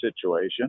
situation